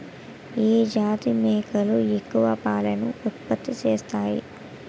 ఏ జాతి మేకలు ఎక్కువ పాలను ఉత్పత్తి చేస్తాయి?